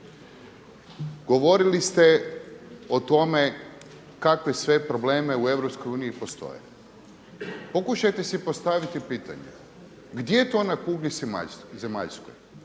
Govorili ste o tome kakve sve probleme u EU postoje. Pokušajte si postaviti pitanje gdje to na kugli zemaljskoj